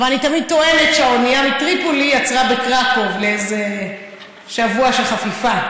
אבל אני תמיד טוענת שהאונייה מטריפולי עצרה בקרקוב לאיזה שבוע של חפיפה.